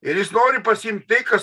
ir jis nori pasiimt kas